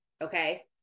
Okay